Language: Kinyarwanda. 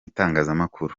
itangazamakuru